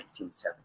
1970